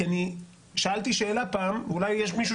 כי אני שאלתי שאלה פעם ואולי יש מישהו